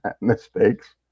mistakes